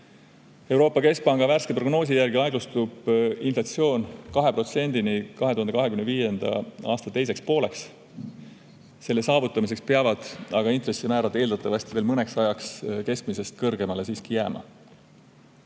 Euroopa Keskpanga värske prognoosi järgi aeglustub inflatsioon 2%‑ni 2025. aasta teiseks pooleks. Selle saavutamiseks peavad aga intressimäärad eeldatavasti veel mõneks ajaks siiski keskmisest kõrgemale jääma.